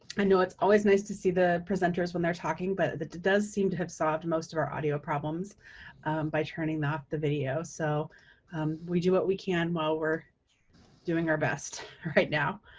i know it's always nice to see the presenters when they're talking, but it does seem to have solved most of our audio problems by turning off the video. so we do what we can while we're doing our best right now.